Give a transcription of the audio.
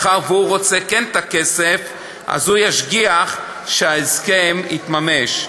מאחר שהוא רוצה את הכסף, הוא ישגיח שההסכם התממש.